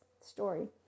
story